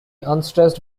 unstressed